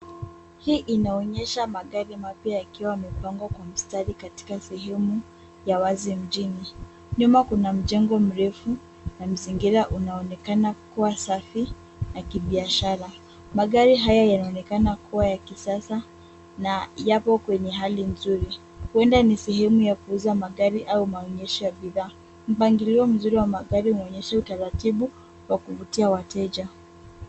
Hii inaonyesha magari mapya yakiwa yamepangwa kwa mstari katika sehemu ya wazi mjini. Nyuma kuna mjengo mrefu na mazingira unaonekana kuwa safi na kibiashara. Magari haya yanaonekana kuwa ya kisasa na yapo kwenye hali nzuri. Huenda ni sehemu ya kuuza magari au maonyesho ya bidhaa. Mpangilio mzuri wa magari umeonyesha utaratibu wa kuvutia wateja.